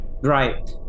right